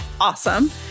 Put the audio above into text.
awesome